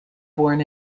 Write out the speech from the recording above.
born